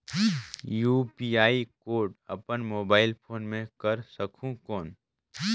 UPI code अपन mobile phone मे कर सकहुं कौन?